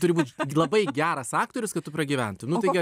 turi būt labai geras aktorius kad tu pragyventum nu tai gerai